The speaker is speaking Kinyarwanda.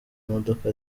imodoka